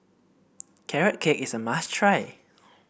Carrot Cake is a must try